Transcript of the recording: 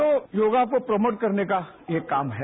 तो योगा को प्रमोट करने का यह काम है